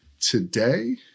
today